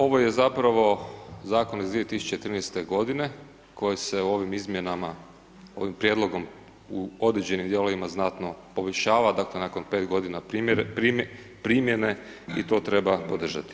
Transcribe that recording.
Ovo je zapravo zakon iz 2013. godine koji se ovim izmjenama, ovim prijedlogom u određenim dijelovima znatno poboljšava, dakle, nakon 5 godina primjene i to treba podržati.